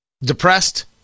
depressed